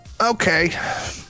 okay